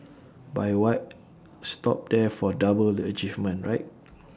but why stop there for double the achievement right